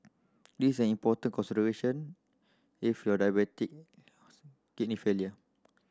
this is an important consideration if you are diabetic kidney failure